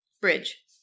Bridge